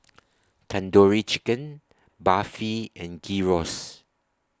Tandoori Chicken Barfi and Gyros